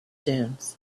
dunes